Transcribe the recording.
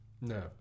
No